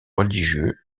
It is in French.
religieux